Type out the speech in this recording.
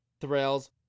thrills